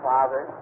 Father